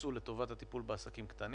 שיוקצו לטובת הטיפול בעסקים קטנים.